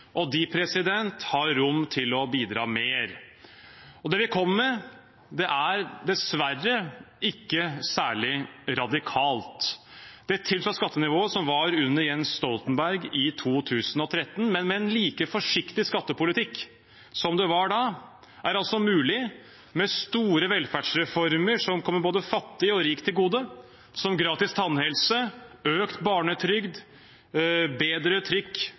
og de har rom for å bidra mer. Det vi kommer med, er dessverre ikke særlig radikalt. Det tilsvarer skattenivået som var under Jens Stoltenberg i 2013. Men med en like forsiktig skattepolitikk som det var da, er det altså mulig med store velferdsreformer som kommer både fattig og rik til gode, som gratis tannhelse, økt barnetrygd, bedre